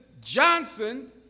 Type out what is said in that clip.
Johnson